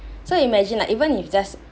so imagine like even if just